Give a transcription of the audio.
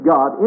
God